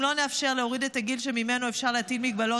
אם לא נאפשר להוריד את הגיל שממנו אפשר להטיל מגבלות,